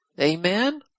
Amen